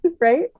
Right